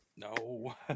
No